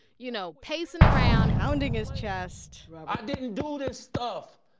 you know, pacing around pounding his chest i didn't do this stuff.